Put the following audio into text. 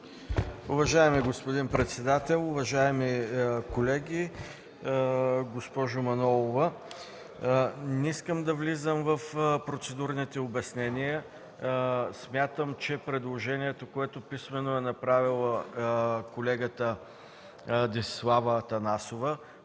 Уважаеми господин председател! Уважаеми колеги, госпожо Манолова! Не искам да влизам в процедурните обяснения. Смятам, че предложението, което писмено е направила колегата Десислава Атанасова,